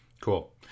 Cool